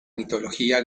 mitología